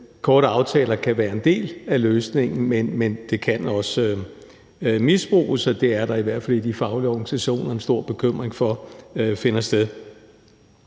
Korte aftaler kan være en del af løsningen, men det kan også misbruges, og det er der i hvert fald i de faglige organisationer en stor bekymring for finder sted.